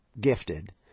gifted